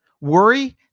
worry